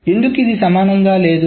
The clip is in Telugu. ఎందుకు ఇది సమానంగా లేదు